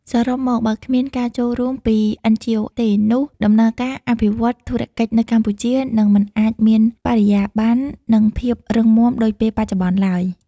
សរុបមក "បើគ្មានការចូលរួមពី NGOs ទេ នោះដំណើរការអភិវឌ្ឍធុរកិច្ចនៅកម្ពុជានឹងមិនអាចមានបរិយាបន្ន និងភាពរឹងមាំដូចពេលបច្ចុប្បន្នឡើយ"។